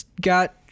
got